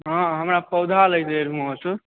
हँ हमरा पौधा लै के रहय वहाँ से